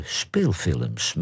speelfilms